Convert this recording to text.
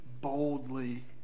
boldly